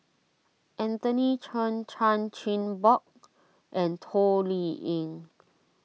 Anthony Chen Chan Chin Bock and Toh Liying